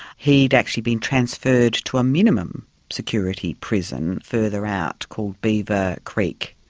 he had actually been transferred to a minimum security prison further out called beaver creek.